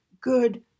good